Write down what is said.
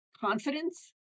confidence